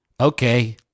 Okay